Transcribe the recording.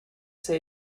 say